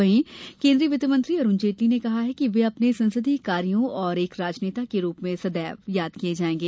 वहीं केन्द्रीय वित्तमंत्री अरुण जेटली ने कहा है कि वे अपने संसदीय कार्यों और एक राजनेता के रूप में सदैव याद किये जायेंगे